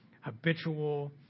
habitual